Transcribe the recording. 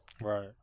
Right